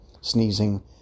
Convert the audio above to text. sneezing